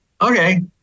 okay